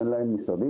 אין להם משרדים,